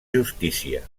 justícia